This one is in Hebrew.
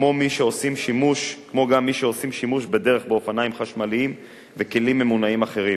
וגם מי שעושים שימוש בדרך באופניים חשמליים ובכלים ממונעים אחרים.